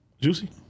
Juicy